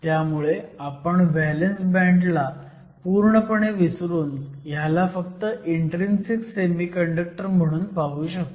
त्यामुळे आपण valence band ला पूर्णपणे विसरून ह्याला फक्त इन्ट्रीन्सिक सेमीकंडक्टर म्हणून पाहू शकतो